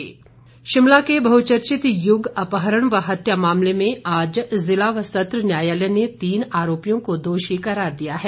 युग हत्याकांड शिमला के बहचर्चित युग अपहरण व हत्या मामले में आज जिला व सत्र न्यायालय ने तीन आरोपियों को दोषी करार दिया है